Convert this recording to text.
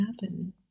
happen